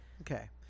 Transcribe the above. Okay